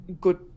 good